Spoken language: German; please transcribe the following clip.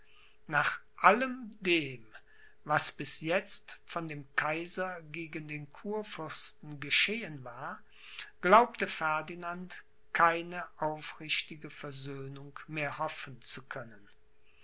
nach allem dem was bis jetzt von dem kaiser gegen den kurfürsten geschehen war glaubte ferdinand keine aufrichtige versöhnung mehr hoffen zu können